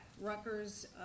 Rutgers